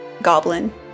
goblin